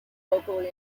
locally